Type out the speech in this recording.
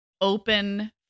open